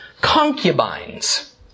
concubines